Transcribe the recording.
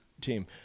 team